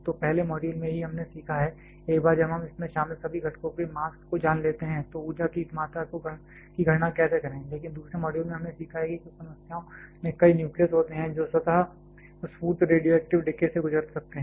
तो पहले मॉड्यूल में ही हमने सीखा है एक बार जब हम इसमें शामिल सभी घटकों के मास को जान लेते हैं तो ऊर्जा की इस मात्रा की गणना कैसे करें लेकिन दूसरे मॉड्यूल में हमने सीखा कि कुछ समय में कई न्यूक्लियस होते हैं जो स्वतःस्फूर्त रेडियोएक्टिव डीके से गुजर सकते हैं